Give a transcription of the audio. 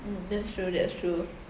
mm that's true that's true